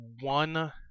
one